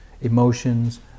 emotions